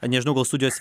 nežinau gal studijos